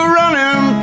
running